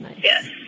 Yes